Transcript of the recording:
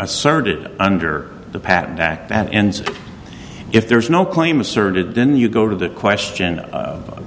asserted under the patent act and if there is no claim asserted then you go to the question